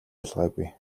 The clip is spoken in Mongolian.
ялгаагүй